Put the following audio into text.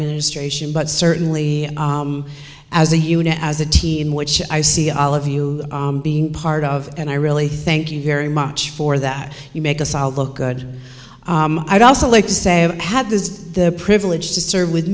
administration but certainly as a unit as a team which i see all of you being part of and i really thank you very much for that you make us all look good i'd also like to say i've had this is the privilege to serve with